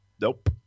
Nope